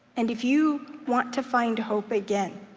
and if you want to find hope again,